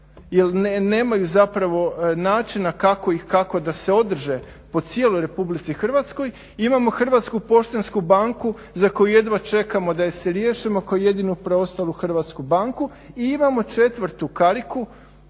jer nemaju zapravo načina kako ih, kako da se održe po cijeloj Republici Hrvatskoj. Imamo Hrvatsku poštansku banku za koju jedva čekamo da je se riješimo kao jedinu preostalu hrvatsku banku. I imamo četvrtu kariku